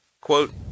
Quote